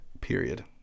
period